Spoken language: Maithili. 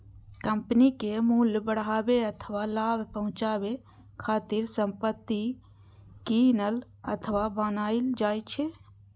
कंपनीक मूल्य बढ़ाबै अथवा लाभ पहुंचाबै खातिर संपत्ति कीनल अथवा बनाएल जाइ छै